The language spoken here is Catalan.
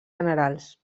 generals